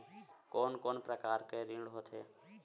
कोन कोन प्रकार के ऋण होथे?